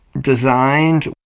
designed